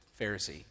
Pharisee